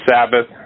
Sabbath